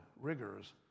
rigors